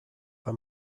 bei